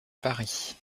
paris